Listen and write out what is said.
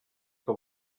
que